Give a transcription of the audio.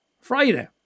Friday